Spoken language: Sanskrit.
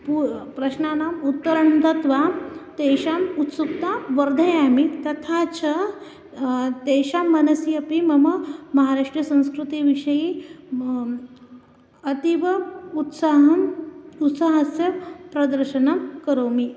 पू प्रश्नानाम् उत्तरं दत्वा तेषाम् उत्सुकता वर्धयामि तथा च तेषां मनसि अपि मम महाराष्ट्रीयसंस्कृतिविषये अतीव उत्साहम् उत्साहस्य प्रदर्शनं करोमि